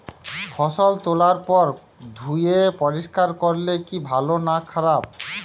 ফসল তোলার পর ধুয়ে পরিষ্কার করলে কি ভালো না খারাপ?